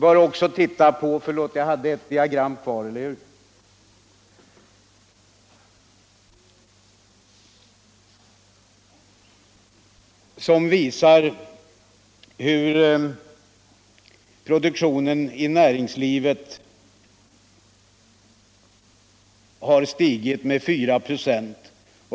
Av det sista diagrammet framgår att produktionen inom näringslivet har stigit med 4 26.